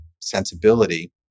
sensibility